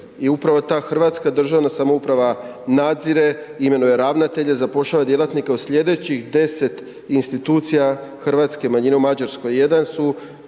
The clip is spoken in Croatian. i upravo ta Hrvatska državna samouprava nadzire, imenuje ravnatelje, zapošljava djelatnike u slijedećih 10 institucija hrvatske manjine u Mađarskoj.